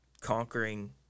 conquering